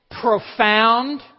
profound